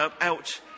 out